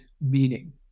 meaning